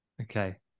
Okay